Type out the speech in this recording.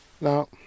now